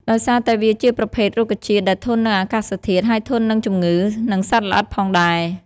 ដោយសារតែវាជាប្រភេទរុក្ខជាតិដែលធន់នឹងអាកាសធាតុ ហើយធន់នឹងជំងឺ និងសត្វល្អិតផងដែរ